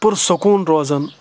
پُر سکوٗن روزَان